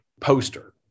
poster